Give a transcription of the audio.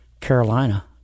carolina